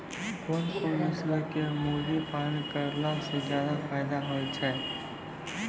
कोन कोन नस्ल के मुर्गी पालन करला से ज्यादा फायदा होय छै?